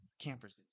campers